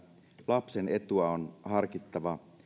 lapsen etua on harkittava